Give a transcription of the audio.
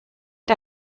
der